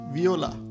Viola